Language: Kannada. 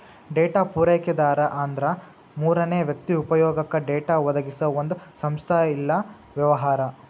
ಡೇಟಾ ಪೂರೈಕೆದಾರ ಅಂದ್ರ ಮೂರನೇ ವ್ಯಕ್ತಿ ಉಪಯೊಗಕ್ಕ ಡೇಟಾ ಒದಗಿಸೊ ಒಂದ್ ಸಂಸ್ಥಾ ಇಲ್ಲಾ ವ್ಯವಹಾರ